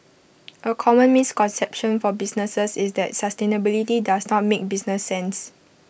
A common misconception for businesses is that sustainability does not make business sense